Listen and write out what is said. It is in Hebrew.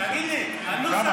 כמה?